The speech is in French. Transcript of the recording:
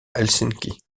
helsinki